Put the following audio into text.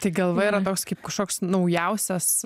tai galva yra toks kaip kažkoks naujausias